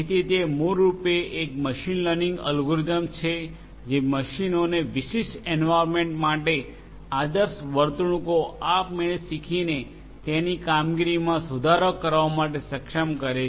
જેથી તે મૂળરૂપે એક મશીન લર્નિંગ એલ્ગોરિધમ છે જે મશીનોને વિશિષ્ટ એન્વાર્યન્મેન્ટ માટે આદર્શ વર્તણૂકો આપમેળે શીખીને તેના કામગીરીમાં સુધારો કરવા માટે સક્ષમ કરે છે